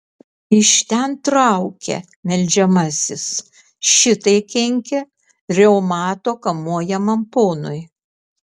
iš ten traukia meldžiamasis šitai kenkia reumato kamuojamam ponui